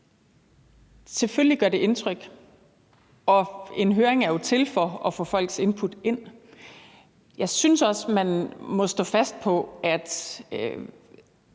Selvfølgelig gør det indtryk, og en høring er jo til for at få folks input. Jeg synes også, man må stå fast på, at